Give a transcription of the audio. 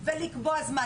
מתאשפז,